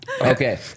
Okay